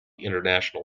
international